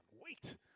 wait